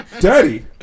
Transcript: daddy